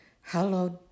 hallowed